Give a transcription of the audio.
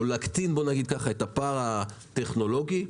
להקטין את הפער הטכנולוגי,